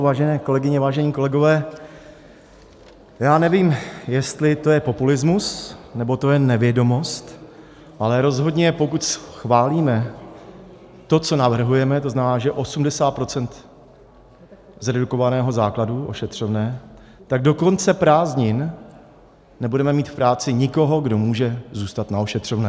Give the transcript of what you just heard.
Vážené kolegyně, vážení kolegové, já nevím, jestli to je populismus, nebo to je nevědomost, ale rozhodně pokud schválíme to, co navrhujeme, to znamená, že 80 % z redukovaného základu ošetřovné, tak do konce prázdnin nebudeme mít v práci nikoho, kdo může zůstat na ošetřovném.